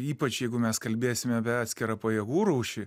ypač jeigu mes kalbėsime apie atskirą pajėgų rūšį